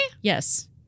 Yes